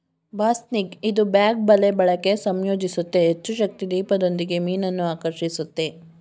ಬಾಸ್ನಿಗ್ ಇದು ಬ್ಯಾಗ್ ಬಲೆ ಬಳಕೆ ಸಂಯೋಜಿಸುತ್ತೆ ಹೆಚ್ಚುಶಕ್ತಿ ದೀಪದೊಂದಿಗೆ ಮೀನನ್ನು ಆಕರ್ಷಿಸುತ್ತೆ